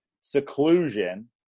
seclusion